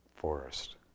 forest